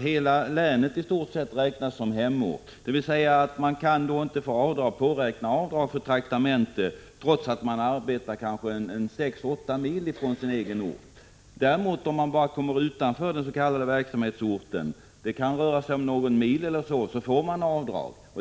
hela Helsingforss län räknas t.ex. som hemort, och det betyder att en person inte kan påräkna avdrag för traktamente, trots att han arbetar 6-8 mil från den egna hemorten. Om han däremot kommer utanför den s.k. verksamhetsorten — det kan röra sig om avstånd på någon mil eller så — får han avdrag.